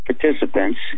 participants